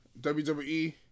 WWE